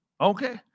Okay